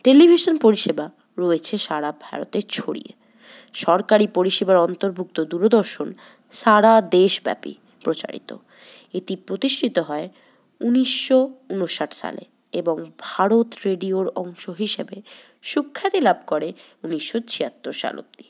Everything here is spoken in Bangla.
টেলিভিশন পরিষেবা রয়েছে সারা ভারতে ছড়িয়ে সরকারি পরিষেবার অন্তর্ভুক্ত দূরদর্শন সারা দেশব্যাপী প্রচারিত এটি প্রতিষ্ঠিত হয় উনিশশো উনষাট সালে এবং ভারত রেডিওর অংশ হিসাবে সুখ্যাতি লাভ করে উনিশশো ছিয়াত্তর সাল অব্দি